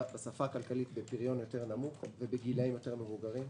בפריון נמוך יותר ובגילאים מבוגרים יותר,